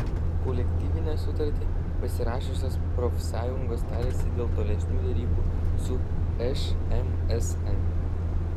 kolektyvinę sutartį pasirašiusios profsąjungos tarėsi dėl tolesnių derybų su šmsm